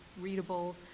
readable